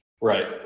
Right